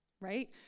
right